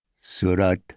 Surat